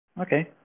Okay